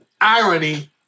Irony